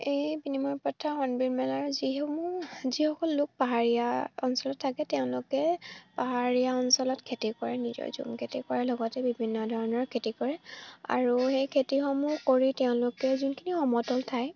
এই বিনিময় প্ৰথা হৰ্ণবিল মেলাৰ যিসমূহ যিসকল লোক পাহাৰীয়া অঞ্চলত থাকে তেওঁলোকে পাহাৰীয়া অঞ্চলত খেতি কৰে নিজৰ ঝুম খেতি কৰে লগতে বিভিন্ন ধৰণৰ খেতি কৰে আৰু সেই খেতিসমূহ কৰি তেওঁলোকে যোনখিনি সমতল ঠাই